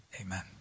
Amen